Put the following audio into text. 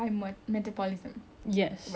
really hard but ya